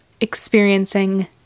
experiencing